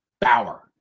Bauer